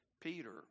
Peter